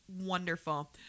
Wonderful